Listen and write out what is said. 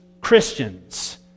Christians